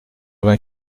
vingt